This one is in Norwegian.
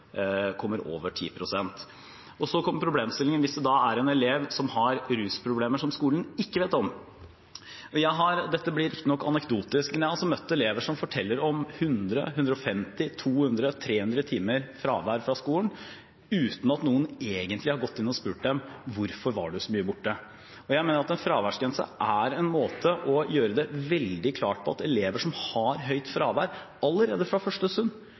kommer over 10 pst. Problemstillingen oppstår hvis det er en elev som har rusproblemer som skolen ikke vet om. Dette blir riktignok anekdotisk, men jeg har møtt elever som forteller om 100–150–200–300 timers fravær fra skolen uten at noen egentlig har gått inn og spurt dem hvorfor de var så mye borte. Jeg mener at det å ha en fraværsgrense er en måte å gjøre det veldig klart på at skolen må gripe fatt i elever som allerede fra første stund har høyt fravær,